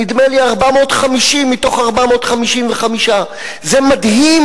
נדמה לי 450 מתוך 455. זה מדהים,